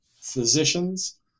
physicians